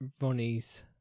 Ronnie's